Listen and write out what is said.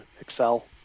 excel